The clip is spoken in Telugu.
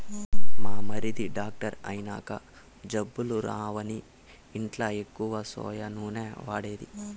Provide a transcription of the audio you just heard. మా మరిది డాక్టర్ అయినంక జబ్బులు రావని ఇంట్ల ఎక్కువ సోయా నూనె వాడేది